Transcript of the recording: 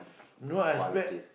no I expect